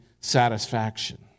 satisfaction